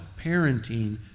parenting